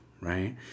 right